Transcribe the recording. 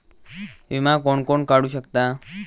विमा कोण कोण काढू शकता?